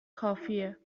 کافیه